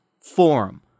forum